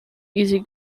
easy